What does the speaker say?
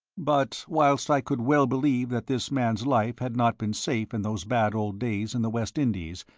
but whilst i could well believe that this man's life had not been safe in those bad old days in the west indies,